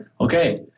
okay